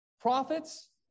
prophets